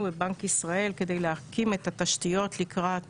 בבנק ישראל כדי להקים את התשתיות לקראת